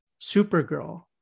Supergirl